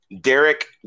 Derek